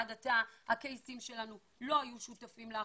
עד עתה הקייסים שלנו לא היו שותפים להחלטות,